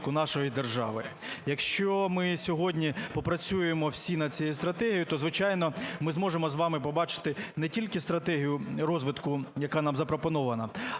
розвитку нашої держави. Якщо ми сьогодні попрацюємо всі над цією стратегією, то звичайно, ми зможемо з вами побачити не тільки стратегію розвитку, яка нам запропонована,